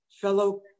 fellow